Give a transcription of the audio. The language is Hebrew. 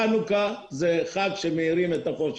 חנוכה זה חג שמאירים את החושך.